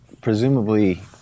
presumably